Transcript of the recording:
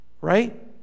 right